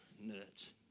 nuts